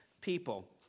people